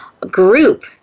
group